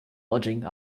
lodging